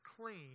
clean